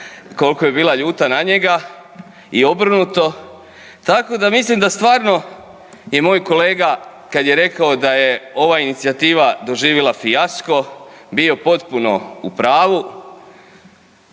koliko je bila ljuta na njega i obrnuto, tako da mislim da stvarno je moj kolega kad je rekao da je ova inicijativa doživjela fijasko bila potpuno u pravu.